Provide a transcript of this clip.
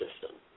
system